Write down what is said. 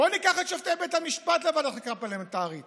בוא ניקח את שופטי בית המשפט לוועדת חקירה פרלמנטרית,